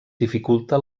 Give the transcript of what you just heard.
dificulta